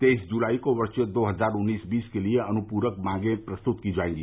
तेईस जुलाई को वर्ष दो हजार उन्नीस बीस के लिए अनुपूरक मांगे प्रस्तुत की जायेंगी